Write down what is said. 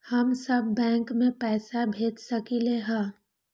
हम सब बैंक में पैसा भेज सकली ह?